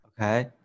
Okay